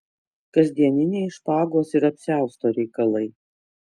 kasdieniniai špagos ir apsiausto reikalai